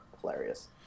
hilarious